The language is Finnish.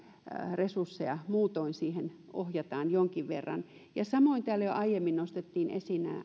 resursseja muutoin siihen ohjataan jonkin verran samoin täällä jo aiemmin nostettiin esiin